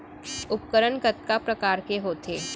उपकरण कतका प्रकार के होथे?